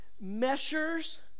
measures